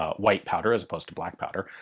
ah white powder as opposed to black powder,